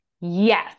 yes